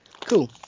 Cool